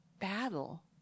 battle